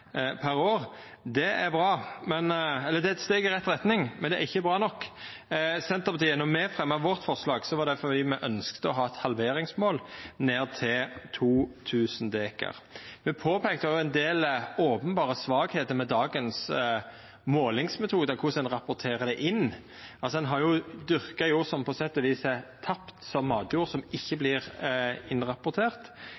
Det er eit steg i rett retning, men det er ikkje bra nok. Då Senterpartiet fremja sitt forslag, ønskte me å ha eit halveringsmål ned til 2 000 dekar. Me påpeikte òg ein del openberre svakheiter med dagens målingsmetodar, bl.a. korleis ein rapporterer det inn. Ein har dyrka jord som på sett og vis er tapt som matjord, som ikkje